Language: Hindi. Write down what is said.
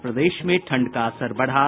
और प्रदेश में ठंड का असर बढ़ा